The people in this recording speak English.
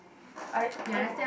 I okay